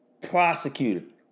prosecuted